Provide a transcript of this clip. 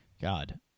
God